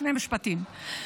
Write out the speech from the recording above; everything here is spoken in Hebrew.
שני משפטים,